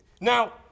Now